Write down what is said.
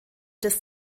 des